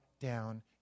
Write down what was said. down